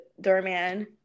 Doorman